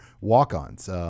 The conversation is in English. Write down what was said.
walk-ons